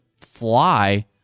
fly